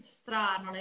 strano